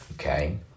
Okay